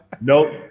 nope